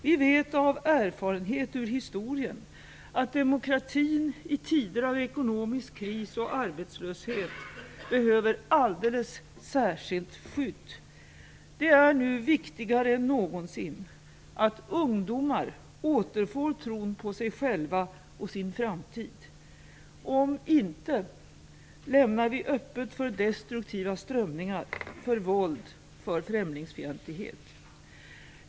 Vi vet av erfarenhet från historien att demokratin i tider av ekonomisk kris och arbetslöshet behöver alldeles särskilt skydd. Det är nu viktigare än någonsin att ungdomar återfår tron på sig själva och sin framtid. Om inte, lämnar vi öppet för destruktiva strömningar, för våld, för främlingsfientlighet.